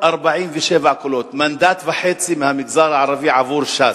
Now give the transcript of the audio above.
13,847 קולות, מנדט וחצי מהמגזר הערבי עבור ש"ס.